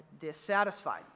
dissatisfied